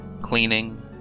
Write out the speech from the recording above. cleaning